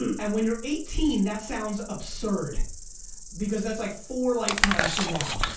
and when you're eighteen that sounds absurd because that's like four lifetimes from now,